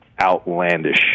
outlandish